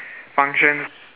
functions